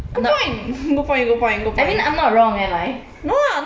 like I think that I'm not wrong am I